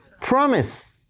promise